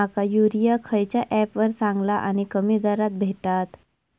माका युरिया खयच्या ऍपवर चांगला आणि कमी दरात भेटात?